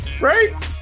Right